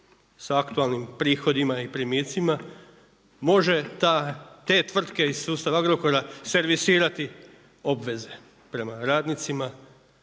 sa aktualnim prihodima i primicima, može te tvrtke iz sustava Agrokora servisirati obveze prema radnicima,